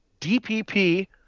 DPP